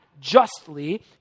justly